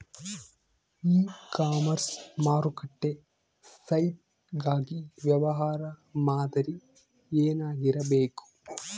E commerce ಮಾರುಕಟ್ಟೆ site ಗಾಗಿ ವ್ಯವಹಾರ ಮಾದರಿ ಏನಾಗಿರಬೇಕು?